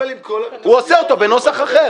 הוא עושה אותו בנוסח אחר.